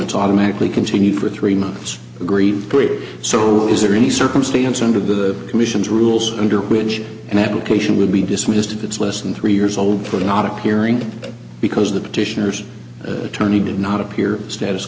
it automatically continued for three months agreed period so is there any circumstance under the commission's rules under which an application would be dismissed if it's less than three years old for the not appearing because the petitioners attorney did not appear status